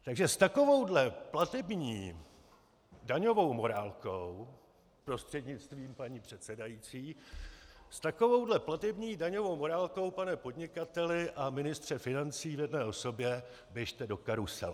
S takovouhle platební daňovou morálkou, prostřednictvím paní předsedající, s takovouhle platební daňovou morálkou, pane podnikateli a ministře financí v jedné osobě, běžte do karusele.